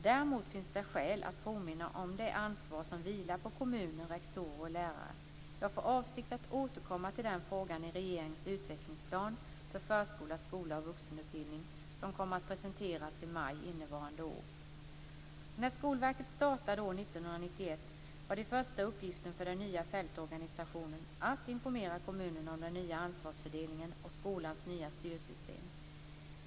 Däremot finns det skäl att påminna om det ansvar som vilar på kommuner, rektorer och lärare. Jag har för avsikt att återkomma till den frågan i regeringens utvecklingsplan för förskola, skola och vuxenutbildning som kommer att presenteras i maj innevarande år. När Skolverket startade år 1991 var den första uppgiften för den nya fältorganisationen att informera kommunerna om den nya ansvarsfördelningen och skolans nya styrsystem.